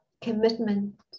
commitment